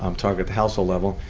um target the household level.